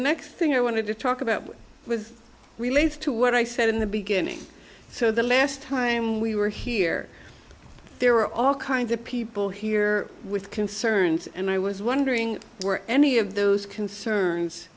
next thing i want to talk about with relates to what i said in the beginning so the last time we were here there were all kinds of people here with concerns and i was wondering were any of those concerns